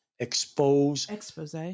expose